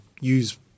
use